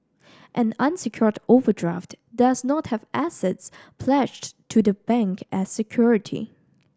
an unsecured overdraft does not have assets pledged to the bank as security